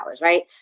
right